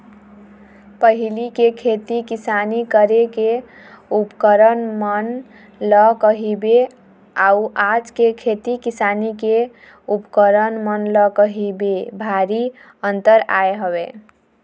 पहिली के खेती किसानी करे के उपकरन मन ल कहिबे अउ आज के खेती किसानी के उपकरन मन ल कहिबे भारी अंतर आय हवय